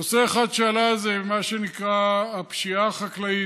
נושא אחד שעלה זה מה שנקרא הפשיעה החקלאית,